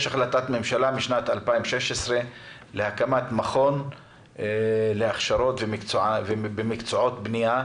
יש החלטת ממשלה משנת 2016 להקמת מכון להכשרה במקצועות בנייה,